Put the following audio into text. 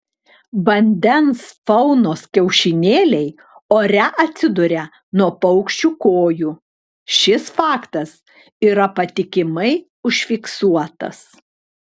vandens faunos kiaušinėliai ore atsiduria nuo paukščių kojų šis faktas yra patikimai užfiksuotas